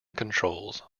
controls